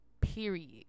Period